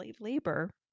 labor